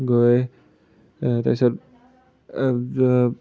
গৈ তাৰপিছত